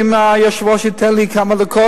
"ביקור חולים" אם היושב-ראש ייתן לי כמה דקות,